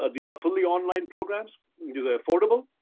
ah these are fully online programs, these are affordable,